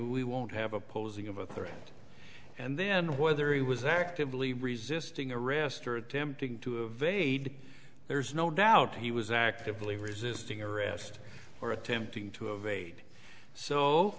we won't have opposing of a theory and then whether he was actively resisting arrest or attempting to evade there's no doubt he was actively resisting arrest or attempting to evade so